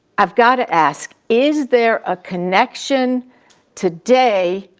i've gotta ask, is there a connection today,